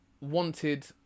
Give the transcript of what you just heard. wanted